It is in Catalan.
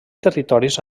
territoris